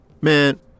Man